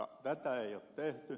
tätä ei ole tehty